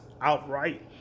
outright